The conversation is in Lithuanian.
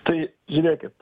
tai žiūrėkit